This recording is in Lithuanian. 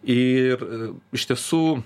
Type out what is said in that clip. ir iš tiesų